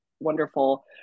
wonderful